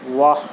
واہ